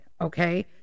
Okay